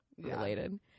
related